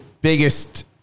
biggest